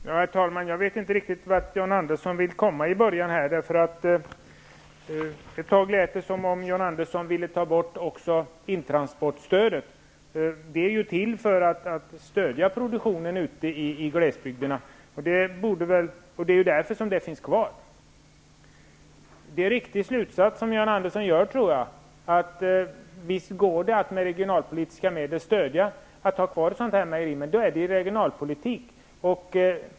Herr talman! Jag vet inte riktigt vart John Andersson ville komma i början. Ett tag lät det som om John Andersson ville ta bort intransportstödet också. Det är till för att stödja produktionen i glesbygderna. Det är därför det finns kvar. John Andersson drar en riktig slutsats, att det går att stödja med regionalpolitiska medel så att man kan ha kvar ett sådant här mejeri. Men då är det regionalpolitik.